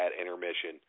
intermission